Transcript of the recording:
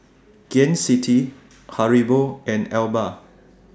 Gain City Haribo and Alba